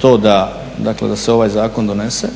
to da se ovaj zakon donese,